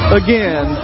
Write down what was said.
again